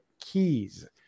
keys